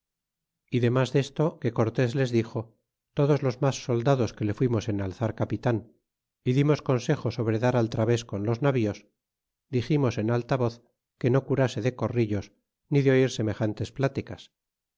y demas desto que cortés les dixo todos los mas soldados que le fuimos en alzar capitan y dimos consejo sobre dar al través con los navíos diximos en alta voz que no curase de corrillos ni de oir semejantes pláticas